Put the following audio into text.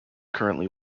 currently